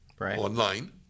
online